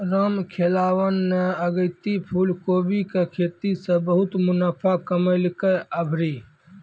रामखेलावन न अगेती फूलकोबी के खेती सॅ बहुत मुनाफा कमैलकै आभरी